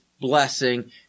blessing